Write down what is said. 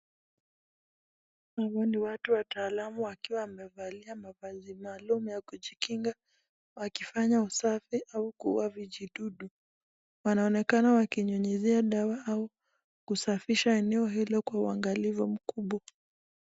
Hawa ni watu wataalamu wakiwa wamevalia mavazi maalum ya kujikinga wakifanya usafi ama kuua vijidudu. Wanaonekana wakinyunyizia dawa au kusafisha eneo hilo kwa uangalifu mkubwa.